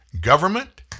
Government